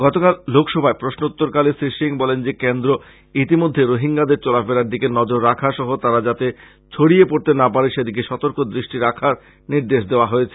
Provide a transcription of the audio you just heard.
গতকাল লোকসভায় প্রশ্নোত্তরকালে শ্রী সিং বলেন যে কেন্দ্র ইতিমধ্যে রোহিঙ্গাদের চলাফেরার দিকে নজর রাখা সহ তারা যাতে ছড়িয়ে পরতে না পারে সেদিকে সতর্ক দৃষ্টি রাখার পরামর্শ দিয়েছে